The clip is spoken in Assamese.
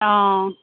অঁ